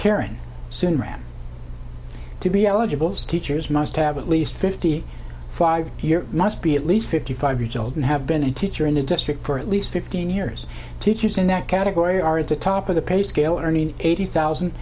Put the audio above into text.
karen soon rahm to be eligible stitchers must have at least fifty five year must be at least fifty five years old and have been a teacher in the district for at least fifteen years teachers in that category are at the top of the pay scale earning eighty thousand